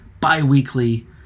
bi-weekly